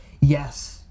yes